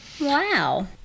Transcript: Wow